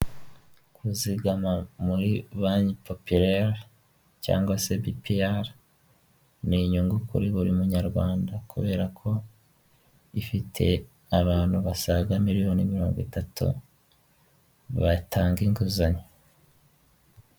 Kuzigama muri banki popireri cyangwa se bipiyara, ni inyungu kuri buri munyarwanda, kubera ko ifite abantu basaga miliyoni mirongo itatu, batanga inguzanyo.